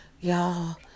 Y'all